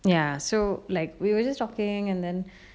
ya so like we were just talking and then